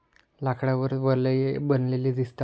लाकडावर वलये बनलेली दिसतात